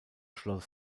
schloss